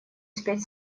спеть